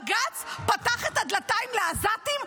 בג"ץ פתח את הדלתיים לעזתים,